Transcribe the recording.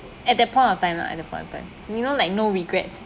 at that point of time lah at that point of time you know like no regrets